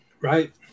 Right